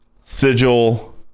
Sigil